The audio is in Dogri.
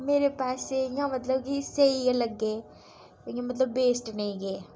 मेरे पैसें इ'यां मतलब कि स्हेई लग्गें इ'यां मतलब वेस्ट नेईं गे